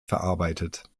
verarbeitet